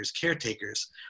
caretakers